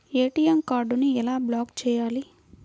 ATM కార్డుని ఎలా block చేయాలి?